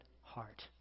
heart